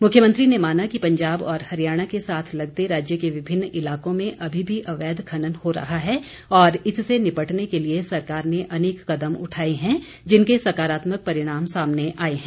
मुख्यमंत्री ने माना कि पंजाब और हरियाणा के साथ लगते राज्य के विभिन्न इलाकों में अभी भी अवैध खनन हो रहा है और इससे निपटने के लिए सरकार ने अनेक कदम उठाए हैं जिनके सकारात्मक परिणाम सामने आए हैं